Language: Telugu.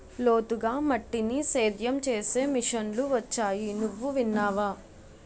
లోతుగా మట్టిని సేద్యం చేసే మిషన్లు వొచ్చాయి నువ్వు విన్నావా?